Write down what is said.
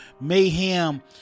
Mayhem